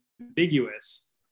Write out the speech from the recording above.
ambiguous